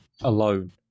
alone